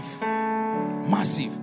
Massive